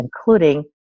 including